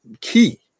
key